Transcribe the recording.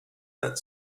that